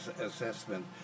assessment